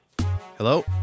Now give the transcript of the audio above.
Hello